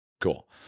cool